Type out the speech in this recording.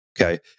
Okay